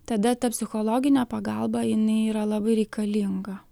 tada ta psichologinė pagalba jinai yra labai reikalinga